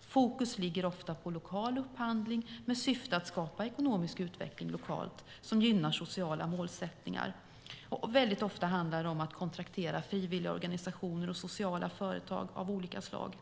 Fokus ligger ofta på lokal upphandling med syfte att skapa ekonomisk utveckling lokalt som gynnar sociala målsättningar. Ofta handlar det om att kontraktera frivilligorganisationer och sociala företag av olika slag.